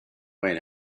way